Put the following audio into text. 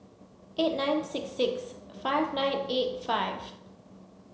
eight nine six six five nine eight five